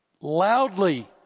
loudly